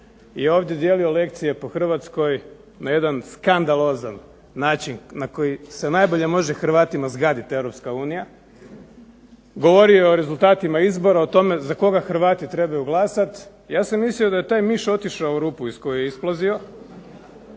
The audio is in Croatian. je ovdje dijelio lekcije po Hrvatskoj na jedan skandalozan način na koji se najbolje može Hrvatima zgaditi EU, govorio o rezultatima izbora, o tome za koga Hrvati trebaju glasati. Ja sam mislio da je taj miš otišao u rupu iz koje je isplazio